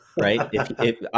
right